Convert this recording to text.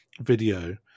video